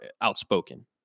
outspoken